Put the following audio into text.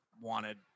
wanted